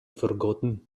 forgotten